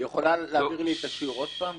היא יכולה להעביר לי עוד פעם את השיעור?